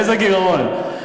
איזה גירעון?